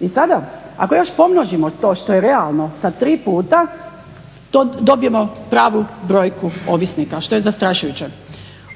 I sada ako još pomnožimo to što je realno sa tri puta, to dobijemo pravu brojku ovisnika što je zastrašujuće.